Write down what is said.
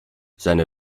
seine